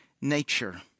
nature